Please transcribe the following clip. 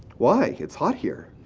why, it's hot here?